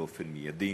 באופן מיידי